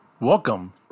Welcome